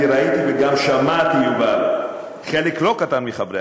כי ראיתי וגם שמעתי חלק לא קטן מחברי